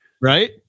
right